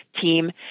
team